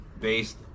based